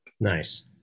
nice